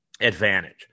advantage